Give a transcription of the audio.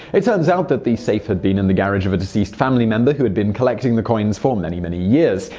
it turns out that the safe had been in the garage of a deceased family member who had been collecting the coins for many, many years.